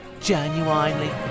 genuinely